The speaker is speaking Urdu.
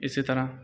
اسی طرح